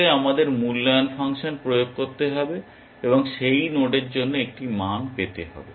আসলে আমাদের মূল্যায়ন ফাংশন প্রয়োগ করতে হবে এবং সেই নোডের জন্য একটি মান পেতে হবে